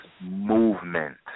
movement